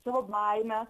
savo baimę